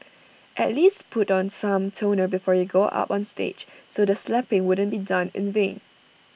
at least put on some toner before you go up on stage so the slapping wouldn't be done in vain